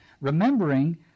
remembering